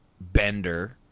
Bender